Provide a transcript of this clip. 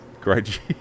great